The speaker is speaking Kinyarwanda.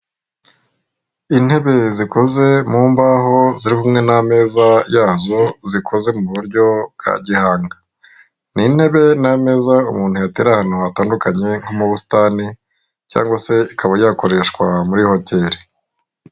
Intebe zikoze mu mbaho, ziri kumwe n'ameza yazo zikoze mu buryo bwa gihanga, ni intebe n'ameza umuntu yatera ahantu hatandukanye nko mu busitani cyangwa se ikaba yakoreshwa muri hoteri.